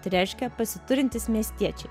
tai reiškia pasiturintys miestiečiai